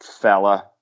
fella